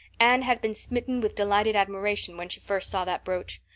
anne had been smitten with delighted admiration when she first saw that brooch.